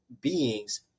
beings